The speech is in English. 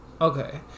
okay